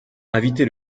invité